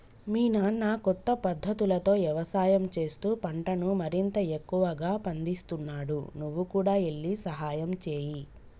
మీ నాన్న కొత్త పద్ధతులతో యవసాయం చేస్తూ పంటను మరింత ఎక్కువగా పందిస్తున్నాడు నువ్వు కూడా ఎల్లి సహాయంచేయి